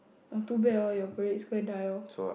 oh too bad lor your parade square die lor